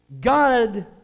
God